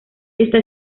está